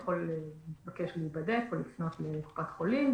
הוא יכול לבקש להיבדק או לפנות לקופת חולים.